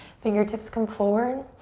fingertips come forward,